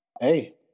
Hey